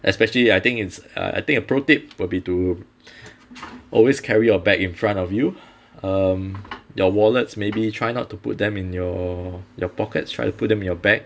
especially I think it's ah I think a pro tip will be to always carry your bag in front of you um your wallets maybe try not to put them in your your pockets try to put them in your bag